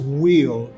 wheel